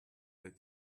that